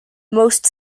most